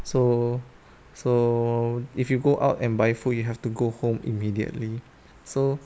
so so if you go out and buy food you have to go home immediately so